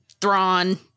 Thrawn